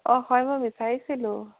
অঁ হয় মই বিচাৰিছিলোঁ